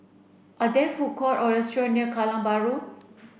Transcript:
are there food court or restaurant near Kallang Bahru